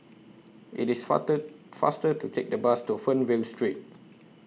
IT IS fast faster to Take The Bus to Fernvale Street